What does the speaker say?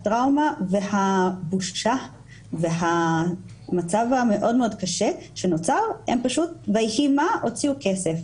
הטראומה והבושה והמצב המאוד מאוד קשה שנוצר הם פשוט שילמו כסף